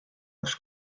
üks